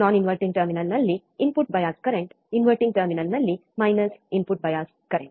inverting ಟರ್ಮಿನಲ್ನಲ್ಲಿ input bias current inverting ಟರ್ಮಿನಲ್ನಲ್ಲಿ minus input bias current